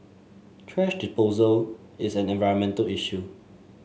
thrash disposal is an environmental issue